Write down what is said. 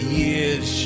years